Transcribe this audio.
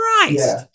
Christ